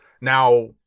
Now